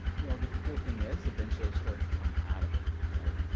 you know, the cool thing is eventually i started to come out of it. right?